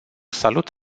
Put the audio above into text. salut